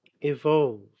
evolve